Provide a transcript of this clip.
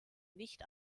nicht